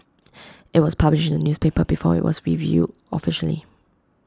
IT was published in the newspaper before IT was revealed officially